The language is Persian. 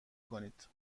کنید